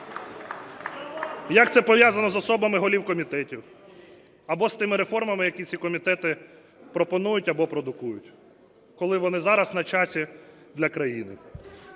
Як це пов'язано з особами голів комітетів або з тими реформами, які ці комітети пропонують або продукують, коли вони зараз на часі для країни?